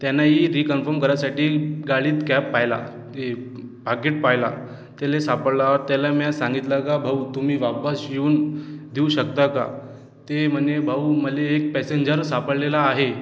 त्यानंही reconfirm करायसाठी गाडीत cab पाहिलं हे पाकिट पाहिलं त्याला सापडल्यावर त्याला मी सांगितलं की भाऊ तुम्ही वापस येऊन देऊ शकता का ते म्हणे भाऊ मला एक पॅसेंजर सापडलेला आहे